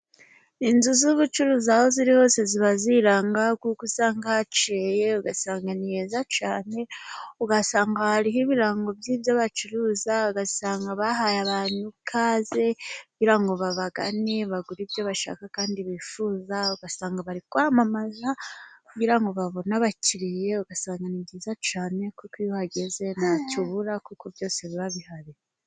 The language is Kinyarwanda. Inzu z'ubucuruzi aho ziri hose ziba ziranga. Kuko usanga hakeye, ugasanga ni heza cyane, ugasanga hariho ibirango by'ibyo bacuruza, ugasanga bahaye abantu ikaze kugirango babagane bagure ibyo bashaka kandi bifuza. Uggasanga bari kwamamaza kugirango babona abakiriya. Ugasanga ni byiza cyane, kuko iyo uhageze ntacyo ubura kuko byose biba bihari.